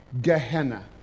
Gehenna